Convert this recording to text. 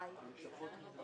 היה ויכוח לגבי הגמ"חים,